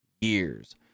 years